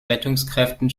rettungskräften